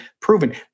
proven